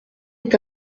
est